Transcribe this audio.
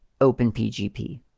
OpenPGP